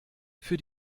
für